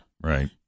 Right